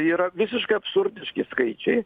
yra visiškai absurdiški skaičiai